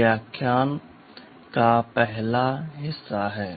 In this lecture we shall